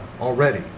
already